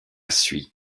suit